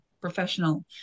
professional